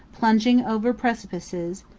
plunging over precipices,